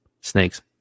Snakes